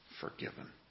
forgiven